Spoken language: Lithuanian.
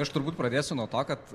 aš turbūt pradėsiu nuo to kad